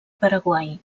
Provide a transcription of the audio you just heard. paraguai